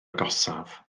agosaf